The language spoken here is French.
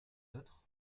d’autres